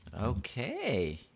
Okay